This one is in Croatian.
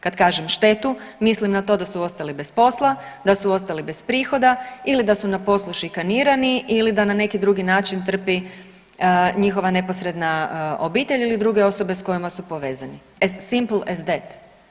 Kad kažem štetu mislim na to da su ostali bez posla, da su ostali bez prihoda ili da su na poslu šikanirani i da na neki drugi način trpi njihova neposredna obitelj ili druge osobe sa kojima su povezani as simple as dat.